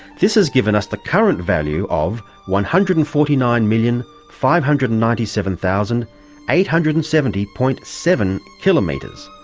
this has given us the current value of one hundred and forty nine million five hundred and ninety seven thousand eight hundred and seventy. seven kilometres,